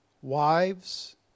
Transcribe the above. Wives